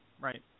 right